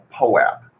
PoApp